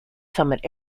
summit